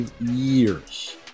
years